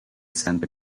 center